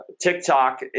TikTok